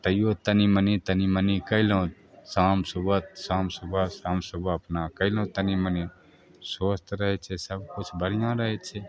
तैओ तनि मनि तनि मनि कएलहुँ शाम सुबह शाम सुबह शाम सुबह अपना कएलहुँ तनि मनि स्वस्थ रहै छै सबकिछु बढ़िआँ रहै छै